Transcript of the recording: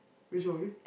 which movie